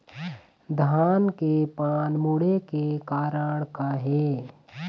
धान के पान मुड़े के कारण का हे?